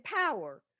power